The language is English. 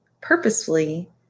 purposefully